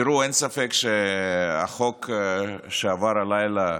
תראו, אין ספק שהחוק שעבר הלילה,